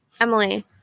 Emily